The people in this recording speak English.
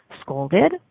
scolded